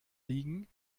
liegen